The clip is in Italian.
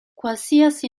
qualsiasi